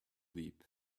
leap